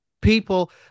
People